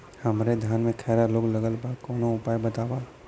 हमरे धान में खैरा रोग लगल बा कवनो उपाय बतावा?